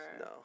no